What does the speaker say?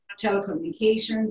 telecommunications